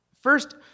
First